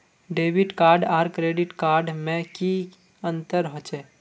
Debit card आर credit card में की अंतर होचे?